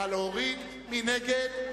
מי נגד?